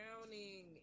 drowning